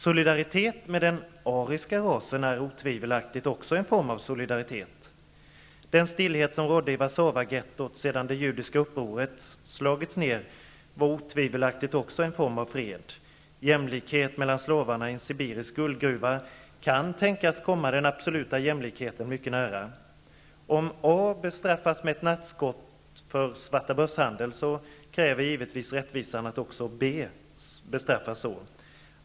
Solidaritet med den ariska rasen är otvivelaktigt också en form av solidaritet, den stillhet som rådde i Warszawaghettot, sedan det judiska upproret slagits ned, var otvivelaktigt också en form av fred, jämlikheten mellan slavarna i en sibirisk guldgruva kan tänkas komma den absoluta jämlikheten mycket nära. Om A bestraffas med nackskott för svartabörshandel, kräver givetvis rättvisan att också B bestraffas så.